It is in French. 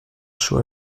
show